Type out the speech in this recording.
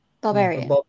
Barbarian